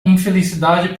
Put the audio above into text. infelicidade